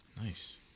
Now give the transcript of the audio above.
nice